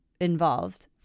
Involved